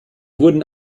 wurden